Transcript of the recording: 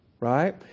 Right